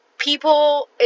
People